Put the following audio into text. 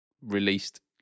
released